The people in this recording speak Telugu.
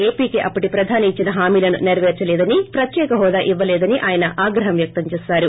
ఏపీకి అప్పటి ప్రధాని ఇచ్చిన హామీలను నెరపేర్పలేదని ప్రత్యేక హోదా ఇవ్వలేదని ఆయన ఆగ్రహం వ్యక్తం చేసారు